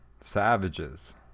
savages